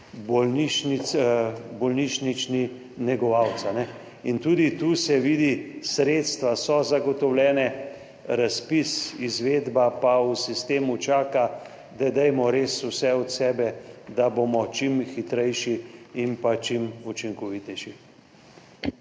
bolnišnični negovalec. In tudi tu se vidi, sredstva so zagotovljena. Razpis, izvedba pa v sistemu čaka. Dajmo res vse od sebe, da bomo čim hitrejši in pa čim učinkovitejši.